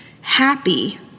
happy